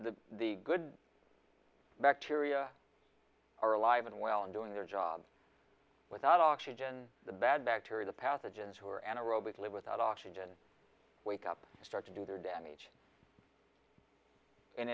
the the good bacteria are alive and well and doing their job without oxygen the bad bacteria the pathogens who are anaerobic live without oxygen wake up and start to do their damage